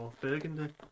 burgundy